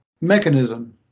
mechanism